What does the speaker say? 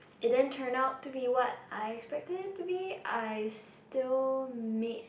it then turn out to be what I expect it to be I still make